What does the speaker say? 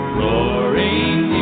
roaring